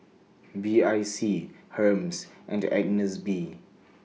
B I C Hermes and Agnes B